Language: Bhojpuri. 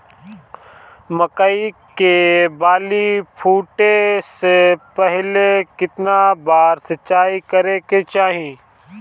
मकई के बाली फूटे से पहिले केतना बार सिंचाई करे के चाही?